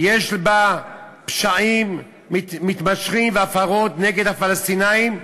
יש בה פשעים והפרות נגד הפלסטינים,